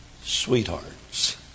sweethearts